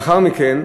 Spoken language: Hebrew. לאחר מכן,